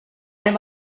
him